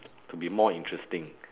to be more interesting